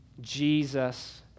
Jesus